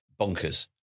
bonkers